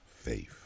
faith